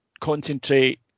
concentrate